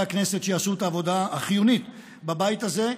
הכנסת שיעשו את העבודה החיונית בבית הזה,